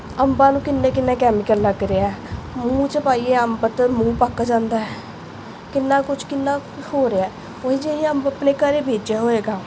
ਅੰਬਾਂ ਨੂੰ ਕਿੰਨੇ ਕਿੰਨੇ ਕੈਮੀਕਲ ਲੱਗਦੇ ਹੈ ਮੂੰਹ 'ਚ ਪਾਈਏ ਅੰਬ ਤਾਂ ਮੂੰਹ ਪੱਕ ਜਾਂਦਾ ਕਿੰਨਾ ਕੁਛ ਕਿੰਨਾ ਹੋ ਰਿਹਾ ਉਹੀ ਜੇ ਇਹੀ ਅੰਬ ਜੇ ਆਪਣੇ ਘਰ ਬੀਜਿਆ ਹੋਏਗਾ